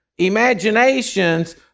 imaginations